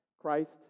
Christ